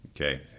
Okay